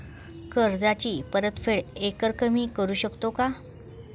कर्जाची परतफेड एकरकमी करू शकतो का?